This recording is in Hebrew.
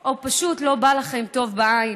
או פשוט לא בא לכם טוב בעין.